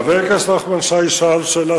רצוני לשאול: